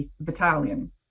battalion